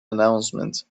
announcement